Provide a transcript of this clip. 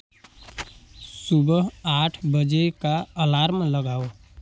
सुबह आठ बजे का अलार्म लगाओ